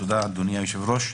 תודה, אדוני היושב-ראש.